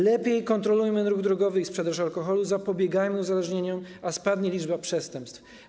Lepiej kontrolujmy ruch drogowy i sprzedaż alkoholu, zapobiegajmy uzależnieniom, a spadnie liczba przestępstw.